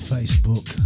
Facebook